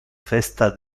festa